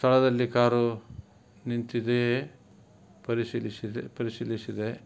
ಸ್ಥಳದಲ್ಲಿ ಕಾರ್ ನಿಂತಿದೆಯೇ ಪರಿಶೀಲಿಸಿದೆ ಪರಿಶೀಲಿಸಿದೆ